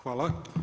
Hvala.